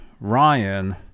Ryan